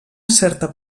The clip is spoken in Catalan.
certa